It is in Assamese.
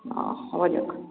অ' হ'ব দিয়ক